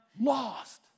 lost